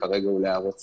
כרגע הוא להערות ציבור.